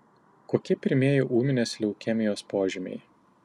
kokie pirmieji ūminės leukemijos požymiai